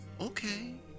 okay